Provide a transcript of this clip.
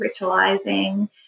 ritualizing